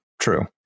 true